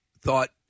thought